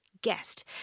guest